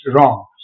wrong